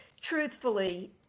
truthfully